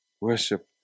Worship